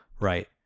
right